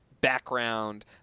background